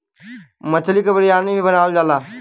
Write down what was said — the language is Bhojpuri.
मछली क बिरयानी भी बनावल जाला